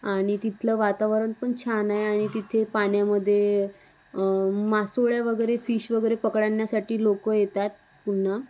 आणि तिथलं वातावरण पण छान आहे आणि तिथे पाण्यामध्ये मासोळ्या वगैरे फिश वगैरे पकडण्यासाठी लोक येतात पुन्हा